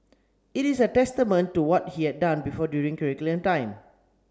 it is a testament to what he had done before during curriculum time